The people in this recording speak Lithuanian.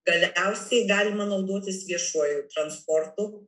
galiausiai galima naudotis viešuoju transportu